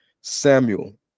Samuel